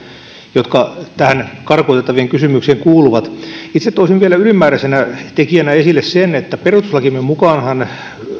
jotka tähän karkotettavien kysymykseen kuuluvat itse toisin vielä ylimääräisenä tekijänä esille sen että perustuslakimme mukaanhan